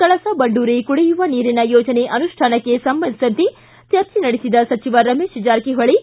ಕಳಸಾ ಬಂಡೂರಿ ಕುಡಿಯುವ ನೀರಿನ ಯೋಜನೆ ಅನುಷ್ಠಾನಕ್ಕೆ ಸಂಬಂಧಿಸಿದಂತೆ ಚರ್ಚೆ ನಡೆಸಿದ ಸಚಿವ ರಮೇಶ್ ಜಾರಕಿಹೊಳಿ